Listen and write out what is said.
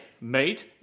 mate